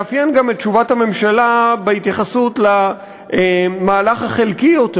תאפיין גם תשובת הממשלה בהתייחסות למהלך החלקי יותר,